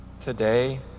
today